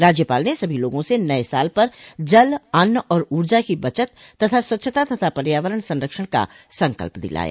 राज्यपाल ने सभी लोगों से नये साल पर जल अन्न और ऊर्जा की बचत तथा स्वच्छता तथा पर्यावरण संरक्षण का संकल्प दिलाया